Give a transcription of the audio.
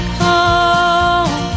home